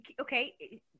Okay